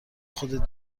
خودت